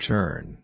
Turn